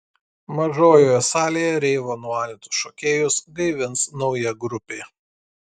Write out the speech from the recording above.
mažojoje salėje reivo nualintus šokėjus gaivins nauja grupė